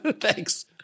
Thanks